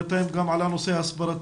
בינתיים גם עלה הנושא ההסברתי.